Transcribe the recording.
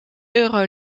euro